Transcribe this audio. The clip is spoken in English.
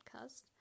podcast